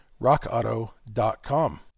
rockauto.com